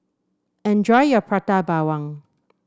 enjoy your Prata Bawang